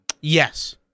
Yes